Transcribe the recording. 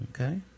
Okay